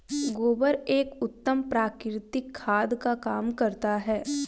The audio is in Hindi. गोबर एक उत्तम प्राकृतिक खाद का काम करता है